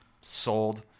sold